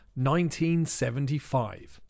1975